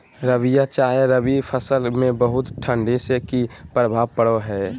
रबिया चाहे रवि फसल में बहुत ठंडी से की प्रभाव पड़ो है?